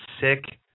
sick